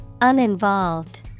Uninvolved